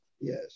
Yes